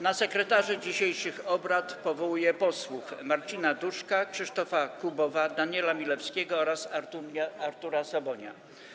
Na sekretarzy dzisiejszych obrad powołuję posłów Marcina Duszka, Krzysztofa Kubowa, Daniela Milewskiego oraz Artura Sobonia.